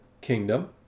kingdom